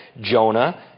Jonah